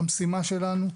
המשימה שלנו ושוב,